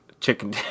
Chicken